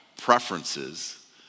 preferences